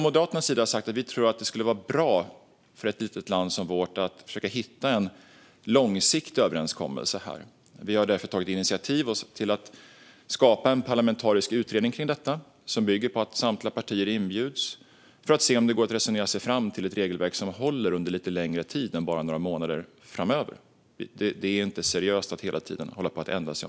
Moderaterna menar att det skulle vara bra för ett litet land som vårt att försöka hitta en långsiktig överenskommelse. Vi har därför tagit initiativ till att skapa en parlamentarisk utredning om detta som bygger på att samtliga partier inbjuds för att se om det går att resonera sig fram till ett regelverk som håller under lite längre tid än bara några månader framöver. Det är ju inte seriöst att hela tiden hålla på att ändra sig.